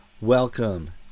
Welcome